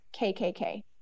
KKK